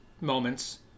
moments